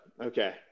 okay